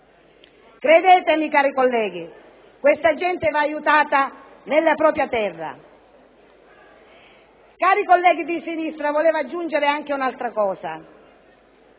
Credetemi, cari colleghi, questa gente va aiutata nella propria terra. Cari colleghi di sinistra, vorrei aggiungere un'altra